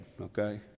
okay